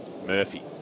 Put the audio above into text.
Murphy